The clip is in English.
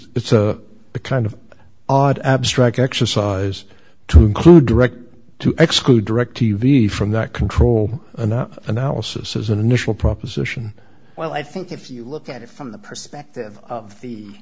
it's a kind of odd abstract exercise to include direct to exclude direct t v from that control and the analysis is an initial proposition well i think if you look at it from the perspective of